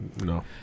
No